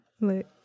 Look